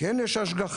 כן יש השגחה,